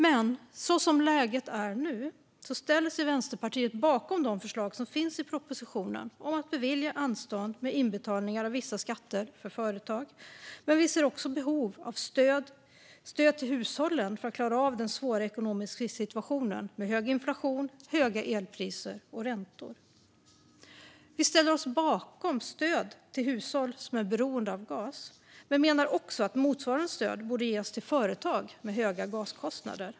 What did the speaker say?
Men så som läget är nu ställer sig Vänsterpartiet bakom de förslag som finns i propositionen om att bevilja anstånd med inbetalning av vissa skatter för företag. Vi ser också behovet av stöd till hushållen för att klara av den svåra ekonomiska situationen med hög inflation, höga elpriser och höjda räntor. Vi ställer oss bakom stöd till hushåll som är beroende av gas men menar att motsvarande stöd också borde ges till företag som har höga gaskostnader.